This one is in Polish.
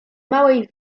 małej